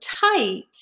tight